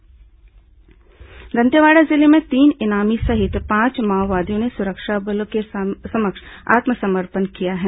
माओवादी आत्मसमर्पण दंतेवाड़ा जिले में तीन इनामी सहित पांच माओवादियों ने सुरक्षा बलों के समक्ष आत्मसमर्पण किया है